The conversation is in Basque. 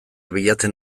bilatzen